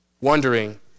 Wondering